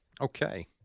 Okay